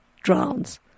drowns